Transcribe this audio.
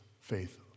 faith